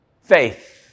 faith